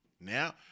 Now